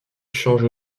change